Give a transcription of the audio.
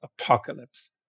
apocalypse